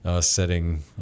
setting